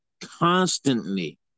constantly